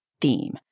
theme